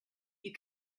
you